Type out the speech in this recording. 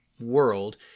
world